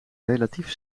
relatief